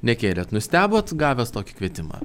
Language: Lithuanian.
nekėlėt nustebot gavęs tokį kvietimą